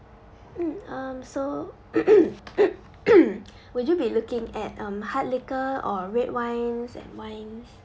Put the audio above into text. mm um so would you be looking at um hard liquor or red wines and wines